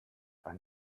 ein